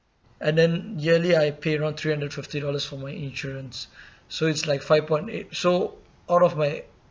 and then yearly I paid on three hundred fifty dollars for my insurance so it's like five point eight so out of my